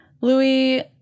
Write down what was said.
Louis